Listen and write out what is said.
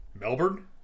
melbourne